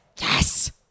yes